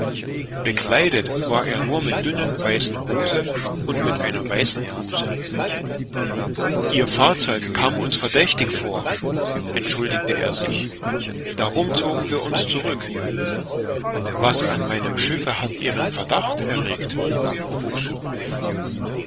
bekleidet war er nur mit dünnen weißen hosen und mit einer weißen blouse ihr fahrzeug kam uns verdächtig vor entschuldigte er sich darum zogen wir uns zurück was an meinem schiffe hat ihren verdacht erregt